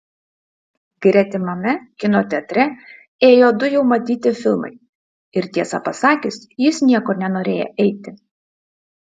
gretimame kino teatre ėjo du jau matyti filmai ir tiesą pasakius jis niekur nenorėjo eiti